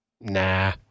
nah